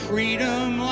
freedom